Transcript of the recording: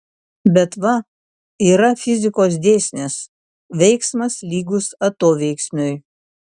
bet va yra fizikos dėsnis veiksmas lygus atoveiksmiui